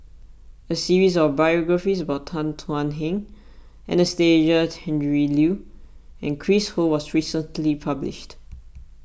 a series of biographies about Tan Thuan Heng Anastasia Tjendri Liew and Chris Ho was recently published